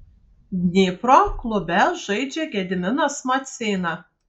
dnipro klube žaidžia gediminas maceina